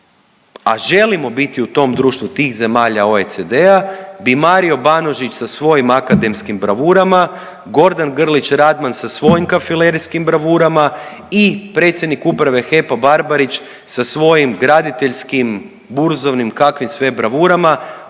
a želimo biti u tom društvu tih zemalja OECD-a bi Mario Banožić sa svojim akademskim bravurama, Gordan Grlić Radman sa svojim kafilerijskim bravurama i predsjednik uprave HEP-a Barbarić sa svojim graditeljskim, burzovnim kakvim sve bravurama